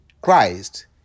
Christ